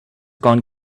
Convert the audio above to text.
gone